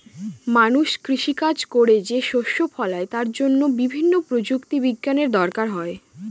মানুষ কৃষি কাজ করে যে শস্য ফলায় তার জন্য বিভিন্ন প্রযুক্তি বিজ্ঞানের দরকার হয়